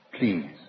please